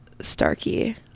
Starkey